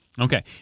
Okay